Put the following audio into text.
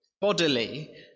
bodily